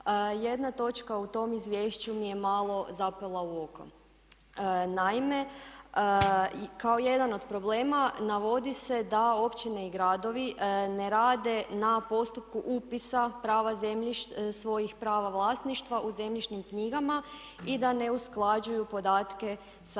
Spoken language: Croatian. jedna točka u tom izvješću mi je malo zapela u oko. Naime, kao jedan od problem navodi se da općine i gradovi ne rade na postupku upisa prava zemljišta, svojih prava vlasništva u zemljišnim knjigama i da ne usklađuju podatke sa